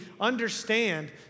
understand